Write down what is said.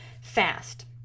fast